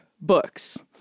books